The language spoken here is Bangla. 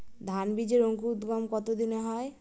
ধান বীজের অঙ্কুরোদগম কত দিনে হয়?